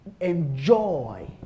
enjoy